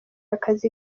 akazi